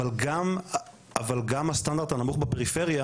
אבל גם הסטנדרט הנמוך בפריפריה,